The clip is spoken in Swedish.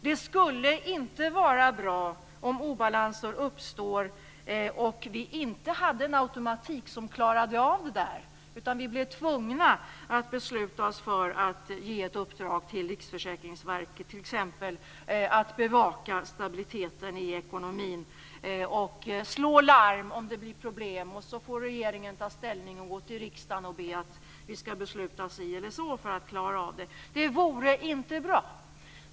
Det skulle inte vara bra om det uppstod obalanser som inte klarades av en automatik, så att vi skulle bli tvungna att ge i uppdrag t.ex. till Riksförsäkringsverket att bevaka stabiliteten i ekonomin och att slå larm, om det blir problem. Sedan skulle regeringen få ta ställning och gå till riksdagen för att be den besluta si eller så för att klara situationen.